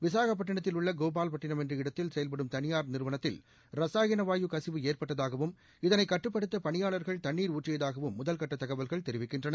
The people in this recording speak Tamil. விசாகப்பட்டினத்தில் உள்ள கோபால்பட்டினம் என்ற இடத்தில செயல்படும் தனியார் நிறுவனத்தில் ரசாயன வாயு கசிவு ஏற்பட்டதாகவும் இதனை கட்டுப்படுத்த பணியாளர்கள் தண்ணீர் ஊற்றியதாகவும் முதல் கட்ட தகவல்கள் தெரிவிக்கின்றன